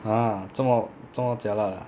!huh! 这么这么 jialat ah